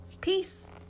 Peace